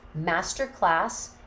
masterclass